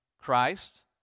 Christ